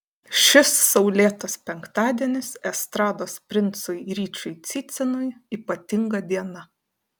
šis saulėtas penktadienis estrados princui ryčiui cicinui ypatinga diena